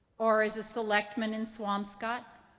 or as a selectman in swampscott,